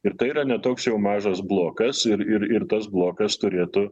ir tai yra ne toks jau mažas blokas ir ir tas blokas turėtų